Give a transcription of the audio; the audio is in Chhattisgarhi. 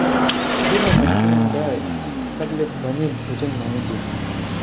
दूद ल मनखे मन बर सबले बने भोजन माने गे हे